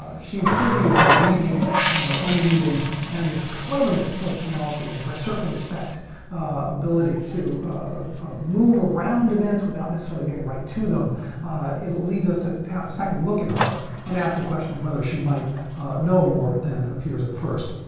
she's busy with her weaving and her unweaving and this cleverness of penelope and her circumspect ability to move around events without necessarily getting right to them it leads us to have a second look at her and ask the question whether she might know more than appears at first.